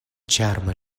ĉarma